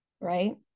Right